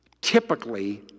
Typically